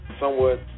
somewhat